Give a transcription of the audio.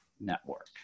Network